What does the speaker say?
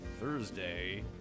Thursday